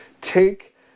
take